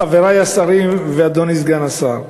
חברי השרים ואדוני סגן השר,